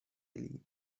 linii